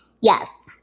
yes